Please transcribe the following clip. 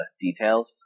details